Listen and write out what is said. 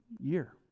year